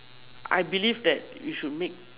I believe that you should make